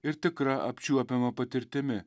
ir tikra apčiuopiama patirtimi